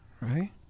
right